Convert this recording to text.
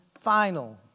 final